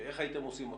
איך הייתם עושים אותם?